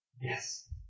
Yes